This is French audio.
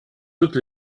toutes